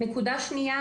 נקודה שנייה,